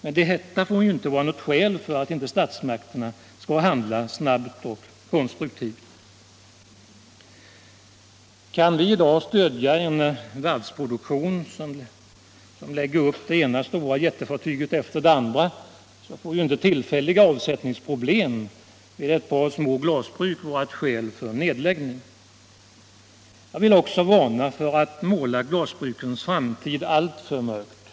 Men - Nr 92 det får inte vara något skäl för statsmakterna att inte handla snabbt och Tisdagen den konstruktivt. Kan vi i dag stödja en varvsproduktion som lägger upp 30 mars 1976 det ena stora jättefartyget efter det andra, får inte tillfälliga avsättnings+= problem vid ett par små glasbruk vara ett skäl för nedläggning. Om åtgärder för att Jag vill också varna för att måla glasbrukens framtid alltför mörkt.